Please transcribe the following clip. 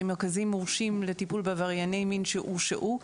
כי המרכזים מורשים לטיפול בעברייני מין שהורשעו,